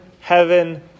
heaven